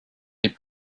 les